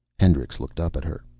hendricks looked up at her.